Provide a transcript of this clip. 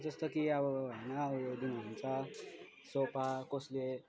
जस्तो कि अब होइन अब यो दिनु हुन्छ सोफा कसले